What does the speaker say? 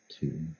two